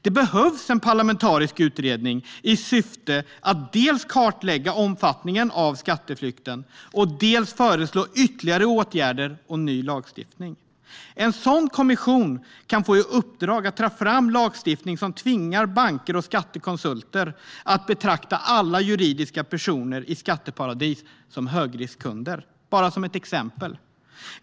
Det behövs en parlamentarisk utredning i syfte att dels kartlägga omfattningen av skatteflykten, dels föreslå ytterligare åtgärder och ny lagstiftning. En sådan kommission kan få i uppdrag att ta fram lagstiftning som tvingar banker och skattekonsulter att betrakta alla juridiska personer i skatteparadis som högriskkunder. Det är ett exempel.